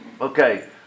Okay